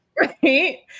Right